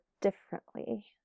differently